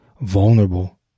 vulnerable